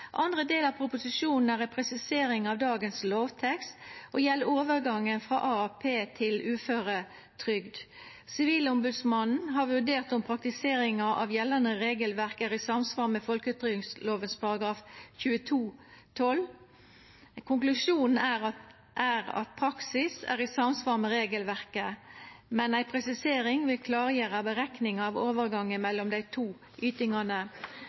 Andre del av proposisjonen er ei presisering av dagens lovtekst og gjeld overgangen frå AAP til uføretrygd. Sivilombodsmannen har vurdert om praktiseringa av gjeldande regelverk er i samsvar med folketrygdloven § 22-12. Konklusjonen er at praksis er i samsvar med regelverket, men ei presisering vil klargjera berekninga av overgangen mellom dei to ytingane.